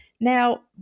Now